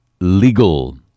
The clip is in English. legal